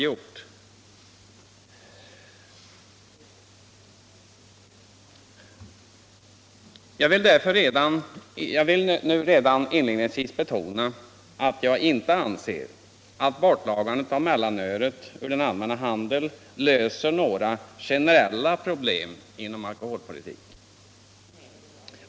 Jag vill därför betona att jag inte anser att borttagandet av mellanölet ur den allmänna handeln löser några generella problem inom alkoholpolitiken.